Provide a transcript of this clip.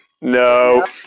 No